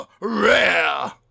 rare